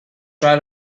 try